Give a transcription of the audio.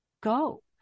go